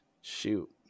shoot